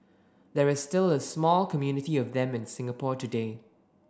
there is still a small community of them in Singapore today